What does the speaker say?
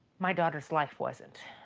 my daughter's life wasn't.